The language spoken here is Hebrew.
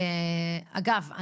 אגב,